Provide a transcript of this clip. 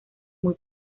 muy